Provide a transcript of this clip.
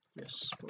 yes